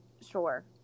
Sure